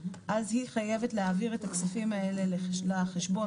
אז היא חייבת להעביר את הכספים האלה לחשבון